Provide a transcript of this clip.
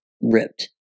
ripped